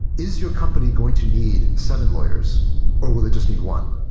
is your company going to need seven lawyers or will it just need one?